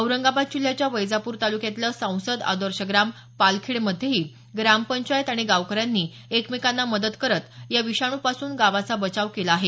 औरंगाबाद जिल्ह्याच्या वैजापूर तालुक्यातलं सांसद आदर्श ग्राम पालखेडमध्येही ग्रामपंचायत आणि गावकऱ्यांनी एकमेकांना मदत करत या विषाणूपासून गावाचा बचाव केला आहे